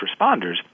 responders